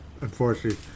unfortunately